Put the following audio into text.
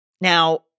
Now